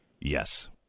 Yes